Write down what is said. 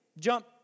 Jump